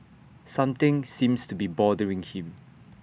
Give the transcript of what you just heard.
something seems to be bothering him